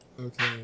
Okay